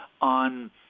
on